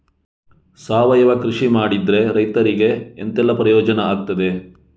ಸಾವಯವ ಕೃಷಿ ಮಾಡಿದ್ರೆ ರೈತರಿಗೆ ಎಂತೆಲ್ಲ ಪ್ರಯೋಜನ ಆಗ್ತದೆ?